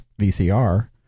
VCR